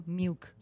milk